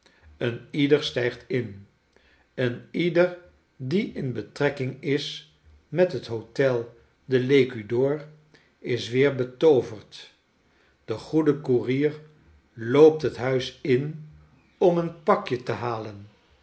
een ieder stijgt in een ieder die in betrekking is met het hotel de pecu d'or is weer betooverd de goede koerier loopt het huis in om een pakje te halen